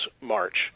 March